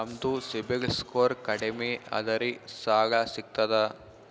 ನಮ್ದು ಸಿಬಿಲ್ ಸ್ಕೋರ್ ಕಡಿಮಿ ಅದರಿ ಸಾಲಾ ಸಿಗ್ತದ?